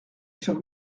sur